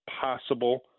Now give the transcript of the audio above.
possible